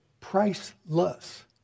priceless